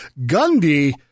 Gundy